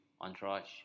Entourage